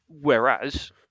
whereas